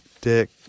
dick